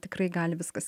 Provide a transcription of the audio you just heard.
tikrai gali viskas